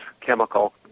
chemical